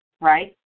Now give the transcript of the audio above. right